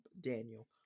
Daniel